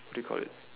what do you call it ah